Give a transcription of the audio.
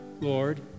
Lord